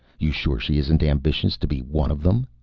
you sure she isn't ambitious to be one of them?